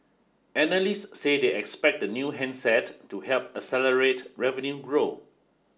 analysts said they expect the new handset to help accelerate revenue growth